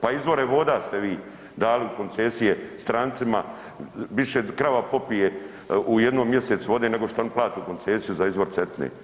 Pa izvore voda ste vi dali u koncesije strancima, više krava popije u jednom mjesecu vode nego što oni plate u koncesiju za izvor Cetine.